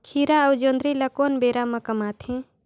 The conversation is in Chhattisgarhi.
खीरा अउ जोंदरी ल कोन बेरा म कमाथे?